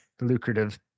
lucrative